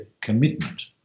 commitment